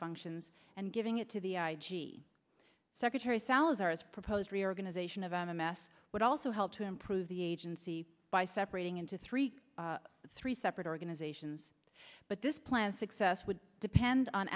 functions and giving it to the i g secretary salazar as proposed reorganization of m m s would also help to improve the agency by separating into three three separate organizations but this plan success would depend on